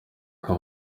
uko